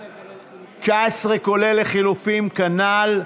19, כולל לחלופין, כנ"ל.